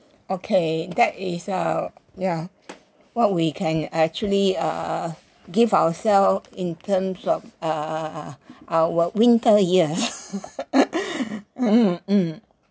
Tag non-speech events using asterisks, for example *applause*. okay that is uh ya what we can actually err give ourselves in terms of err our winter year *laughs* *coughs*